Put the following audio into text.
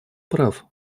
прав